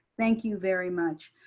thank you very much.